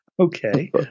Okay